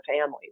families